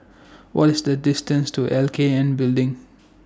What IS The distance to L K N Building